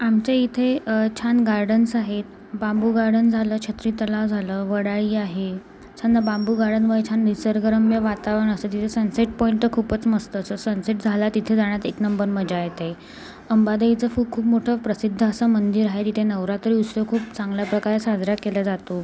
आमच्या इथे छान गार्डन्स आहे बांबू गार्डन झालं छत्री तलाव झालं वडाळी आहे छान बांबू गार्डनमुळे छान निसर्गरम्य वातावरण असते सनसेट पॉईंट तर खूपच मस्त असतो सनसेट झाला तिथे जाण्यात एक नंबर मजा येते अंबादेवीचं खूप खूप मोठं प्रसिद्ध असं मंदिर आहे जिथे नवरात्री उत्सव खूप चांगल्या प्रकारे साजरा केला जातो